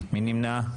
מי נמנע?